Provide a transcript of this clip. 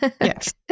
Yes